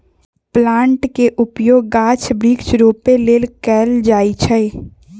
plant के उपयोग गाछ वृक्ष रोपे लेल कएल जाइ छइ